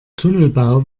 tunnelbau